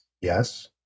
Yes